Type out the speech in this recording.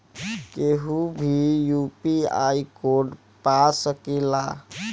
केहू भी UPI code पा सकेला?